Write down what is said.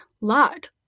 lot